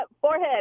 forehead